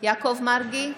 יעקב מרגי,